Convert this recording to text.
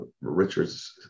Richard's